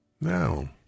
Now